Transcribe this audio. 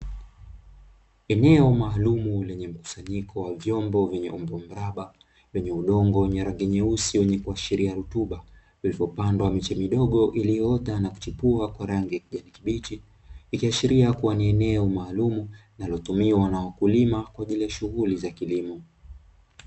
Eneo maalumu lenye mkusanyiko wa vyombo venye umbo mraba venye udongo wenye rangi nyeusi wenye kuashiria rotuba iliyopandwa miche midogo iliyoota na kuchipua kwa rangi ya kijani kibichi. Ikiashiria kuwa ni eneo maalumu linalotumiwa na wakulima kwa ajili ya shughuli za kilimo.